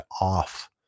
off